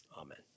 Amen